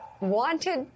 wanted